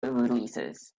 releases